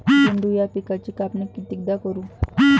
झेंडू या पिकाची कापनी कितीदा करू?